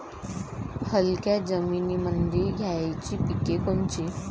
हलक्या जमीनीमंदी घ्यायची पिके कोनची?